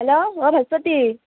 hello অঁ ভাস্বতী